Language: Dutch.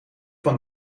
van